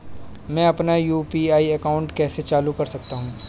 मैं अपना UPI account कैसे चालू कर सकता हूँ?